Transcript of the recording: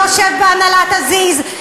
יושב בהנהלת Aziz.